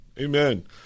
Amen